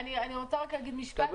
אני רוצה רק להגיד משפט.